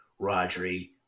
Rodri